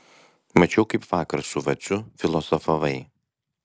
mačiau kaip vakar su vaciu filosofavai